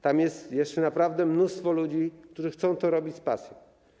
Tam jest jeszcze naprawdę mnóstwo ludzi, którzy chcą to robić z pasją.